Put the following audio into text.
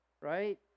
right